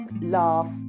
laugh